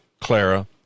Clara